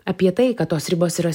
apie tai kad tos ribos yra